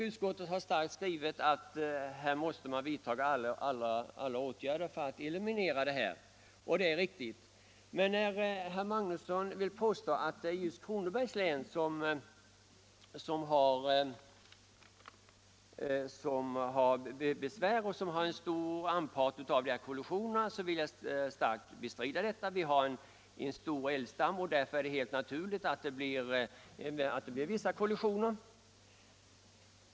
Utskottet har starkt betonat att man måste vidta alla tänkbara åtgärder för att eliminera olyckorna, Det är riktigt. Herr Magnusson vill påstå att just Kronobergs län har en stor andel av kollisionerna. Det vill jag starkt bestrida. Vi har en stor älgstam, och därför är det helt naturligt att det blir vissa kollisioner.